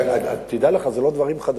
תדע לך, זה לא דברים חדשים.